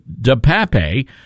DePape